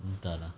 entah lah